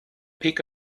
peak